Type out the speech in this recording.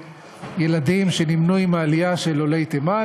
ילדים שנמנו עם העלייה של עולי תימן,